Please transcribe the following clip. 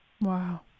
Wow